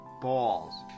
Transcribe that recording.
balls